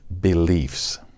beliefs